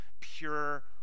pure